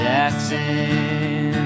Jackson